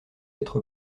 être